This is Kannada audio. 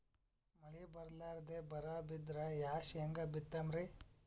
ಮಳಿ ಬರ್ಲಾದೆ ಬರಾ ಬಿದ್ರ ಯಾ ಶೇಂಗಾ ಬಿತ್ತಮ್ರೀ?